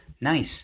Nice